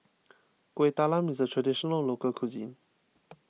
Kueh Talam is a Traditional Local Cuisine